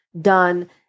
done